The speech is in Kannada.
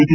ಟಿ